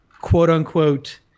quote-unquote